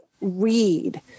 read